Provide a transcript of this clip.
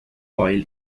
oil